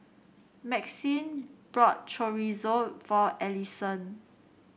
Maxine bought Chorizo for Ellison